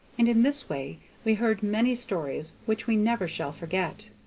and in this way we heard many stories which we never shall forget.